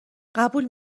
قبول